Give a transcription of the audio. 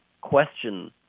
question